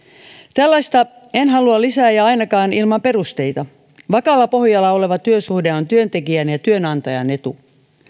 tällaista en halua lisää ja ainakaan ilman perusteita vakaalla pohjalla oleva työsuhde on työntekijän ja työnantajan etu